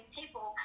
people